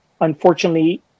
Unfortunately